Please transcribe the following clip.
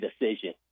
decision